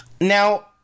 Now